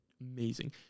Amazing